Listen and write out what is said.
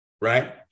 right